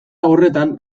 horretan